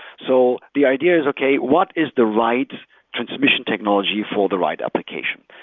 so the idea is, okay. what is the right transmission technology for the right application?